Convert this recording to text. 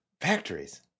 Factories